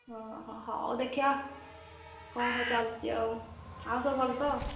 ଓ ହ ହଉ ଦେଖିବା କ'ଣ ହଁ ଚାଲିଛି ଆଉ ଆଉ ସବୁ ଭଲ ତ